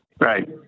Right